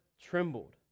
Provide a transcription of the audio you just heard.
trembled